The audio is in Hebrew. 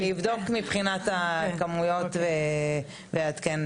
ואני אבדוק מבחינת הכמויות ואעדכן.